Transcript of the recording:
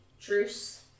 Truce